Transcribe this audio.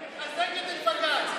היא מחזקת את בג"ץ.